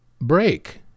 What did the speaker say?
break